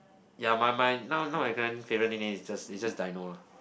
ya my my now now my current favorite name is just is just dino lor